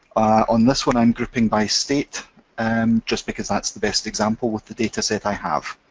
on this one i am grouping by state and just because that's the best example with the dataset i have,